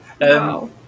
Wow